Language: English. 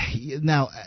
now